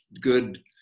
good